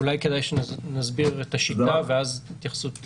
אולי כדאי שנסביר את השיטה ואז ההתייחסות תהיה...